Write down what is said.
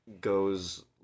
goes